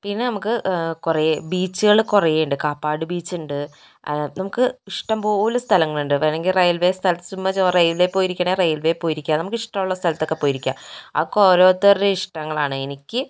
പിന്നെ നമ്മൾക്ക് കുറേ ബീച്ചുകൾ കുറേയുണ്ട് കാപ്പാട് ബീച്ചുണ്ട് നമുക്ക് ഇഷ്ടം പോലെ സ്ഥലങ്ങളുണ്ട് വേണമെങ്കിൽ റെയിൽവേ സ്ഥലത്ത് എന്നുവെച്ചാൽ റെയിൽവേ പോയിരിക്കണേ റെയിൽവേ പോയിരിക്കാം നമുക്കിഷ്ടമുള്ള സ്ഥലത്തൊക്കെ പോയിരിക്കാം അതൊക്കെ ഓരോത്തരുടെ ഇഷ്ടങ്ങളാണ് എനിക്ക്